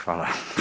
Hvala.